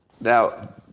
Now